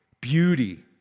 beauty